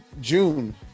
June